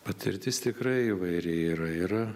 patirtis tikrai įvairi yra yra